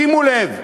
שימו לב,